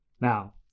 Now